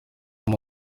kuba